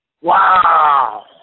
Wow